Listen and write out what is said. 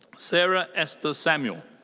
sarah esther samuel.